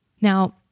Now